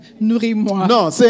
nourris-moi